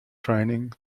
training